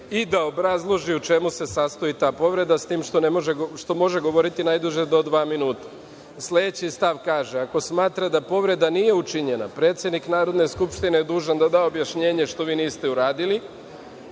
i da obrazloži u čemu se sastoji ta povreda, s tim što može govoriti najduže do dva minuta. Sledeći stav kaže – ako smatra da povreda nije učinjena, predsednik Narodne skupštine je dužan da da objašnjenje, što vi niste uradili,